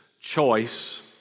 choice